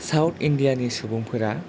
south India नि सुबुंफोरा